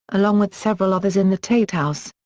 along with several others in the tate house.